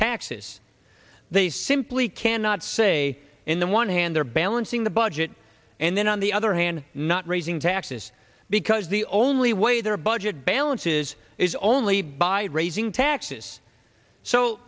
taxes they simply cannot say in the one hand they're balancing the budget and then on the other hand not raising taxes because the only way their budget balances is only by raising taxes so